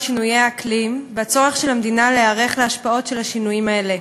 שינויי האקלים והצורך של המדינה להיערך להשפעות של השינויים האלה.